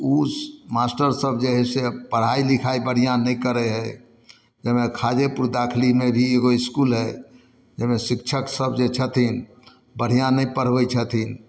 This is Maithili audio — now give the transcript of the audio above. उ मास्टर सभ जे हइ से पढ़ाइ लिखाइ बढ़िआँ नहि करै हइ जाहिमे खादेपुर दाखलीमे भी एगो इसकुल हइ जाहिमे शिक्षक सभ जे छथिन बढ़िआँ नहि पढ़बै छथिन